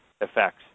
effects